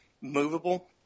movable